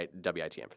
WITM